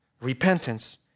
Repentance